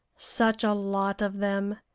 such a lot of them!